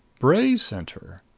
bray sent her.